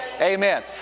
Amen